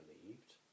believed